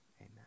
amen